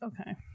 Okay